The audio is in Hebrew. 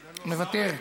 מוותרת,